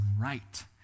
right